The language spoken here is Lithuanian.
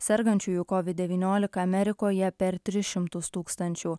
sergančiųjų covid devyniolika amerikoje per tris šimtus tūkstančių